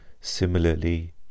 similarly